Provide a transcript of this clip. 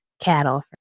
cattle